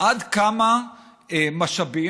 עד כמה משאבים,